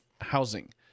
housing